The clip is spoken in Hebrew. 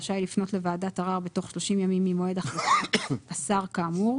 רשאי לפנות לוועדת ערר בתוך שלושים ימים ממועד החלטת השר כאמור.